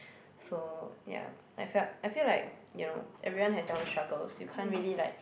so ya I felt I feel like you know everyone have their own struggle so you can't really like